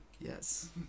Yes